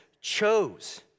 chose